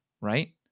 Right